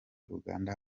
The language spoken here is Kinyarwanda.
uganda